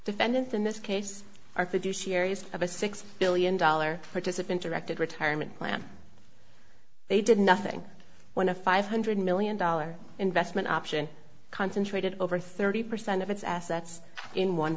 defendants in this case are fiduciaries of a six billion dollar participant directed retirement plan they did nothing when a five hundred million dollars investment option concentrated over thirty percent of its assets in one